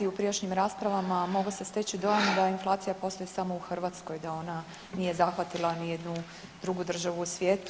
U prijašnjim raspravama mogao se steći dojam da inflacija postoji samo u Hrvatskoj i da ona nije zahvatila nijednu drugu državu u svijetu.